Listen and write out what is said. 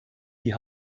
die